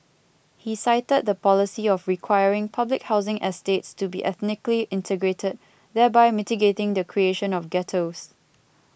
he cited the policy of requiring public housing estates to be ethnically integrated thereby mitigating the creation of ghettos